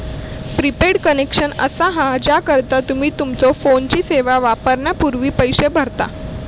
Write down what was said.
prepaid connection असा हा ज्याकरता तुम्ही तुमच्यो फोनची सेवा वापरण्यापूर्वी पैसो भरता